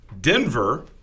Denver